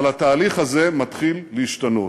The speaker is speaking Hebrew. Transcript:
אבל התהליך הזה מתחיל להשתנות,